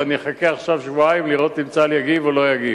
ואני אחכה עכשיו שבועיים לראות אם צה"ל יגיב או לא יגיב.